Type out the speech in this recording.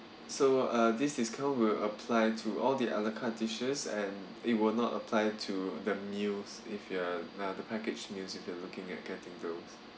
so uh this discount will apply to all the a la carte dishes and it will not apply to the meals if you are another package meals if you are looking at getting those